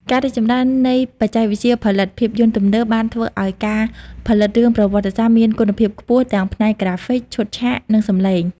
ការរីកចម្រើននៃបច្ចេកវិទ្យាផលិតភាពយន្តទំនើបបានធ្វើឲ្យការផលិតរឿងប្រវត្តិសាស្ត្រមានគុណភាពខ្ពស់ ទាំងផ្នែក ក្រាហ្វិក ឈុតឆាក និងសំឡេង។